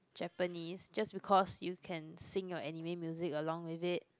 Japanese just because you can sing your anime Music along with it